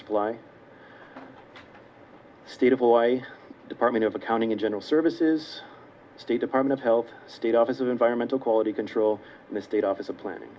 supply state avoid department of accounting and general services state department health state office of environmental quality control and the state office of planning